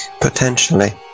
potentially